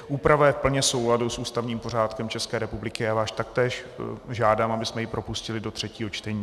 Úprava je plně v souladu s ústavním pořádkem České republiky a já vás taktéž žádám, abychom ji propustili do třetího čtení.